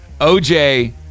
OJ